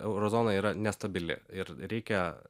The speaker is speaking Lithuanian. euro zona yra nestabili ir reikia